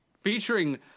featuring